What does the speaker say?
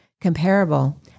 comparable